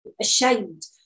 ashamed